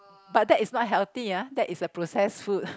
but that is not healthy ah that is a process food